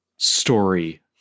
story